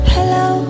Hello